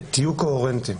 תהיו קוהרנטיים.